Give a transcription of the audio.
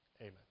Amen